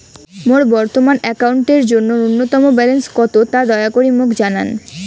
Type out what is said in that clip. মোর বর্তমান অ্যাকাউন্টের জন্য ন্যূনতম ব্যালেন্স কত তা দয়া করি মোক জানান